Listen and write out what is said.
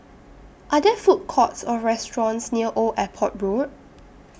Are There Food Courts Or restaurants near Old Airport Road